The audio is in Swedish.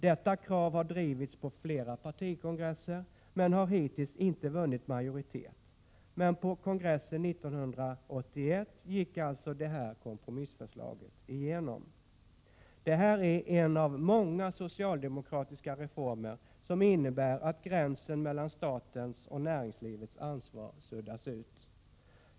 Detta krav har drivits på flera partikongresser men har hittills inte vunnit majoritet. Men på kongressen 1981 gick alltså det här kompromissförslaget igenom. 121 Det här är en av många socialdemokratiska reformer som innebär att gränsen mellan statens och näringslivets ansvar suddas ut.